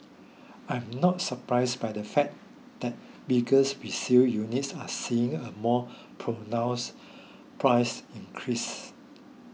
I am not surprised by the fact that bigger resale units are seeing a more pronounced price increase